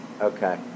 Okay